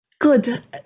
Good